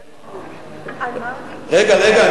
רגע, רגע.